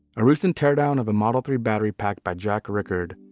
a recent teardown of a model three battery pack by jack ricard,